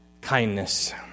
kindness